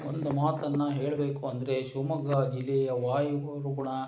ಒಂದು ಮಾತನ್ನು ಹೇಳಬೇಕು ಅಂದರೆ ಶಿವಮೊಗ್ಗ ಜಿಲ್ಲೆಯ ವಾಯುಗುಣ